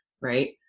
right